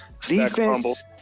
Defense